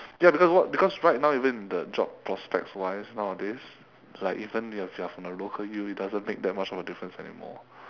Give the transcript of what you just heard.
ya because because right now even the job prospects wise nowadays like even if you are from the local U it doesn't make that much of a difference anymore